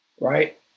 right